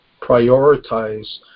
prioritize